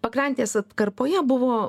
pakrantės atkarpoje buvo